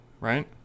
right